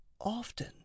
often